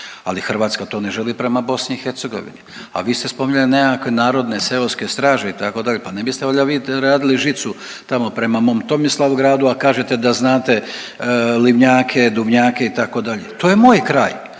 ali Hrvatska to ne želi prema BiH, a vi ste spominjali nekakve narodne seoske straže, itd., pa ne biste valjda vi radili žicu tamo prema mom Tomislavgradu, a kažete da znate Livnjake, Duvnjake, itd., to je moj kraj,